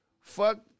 Fuck